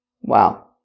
wow